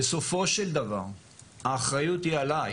בסופו של דבר האחריות היא עליי,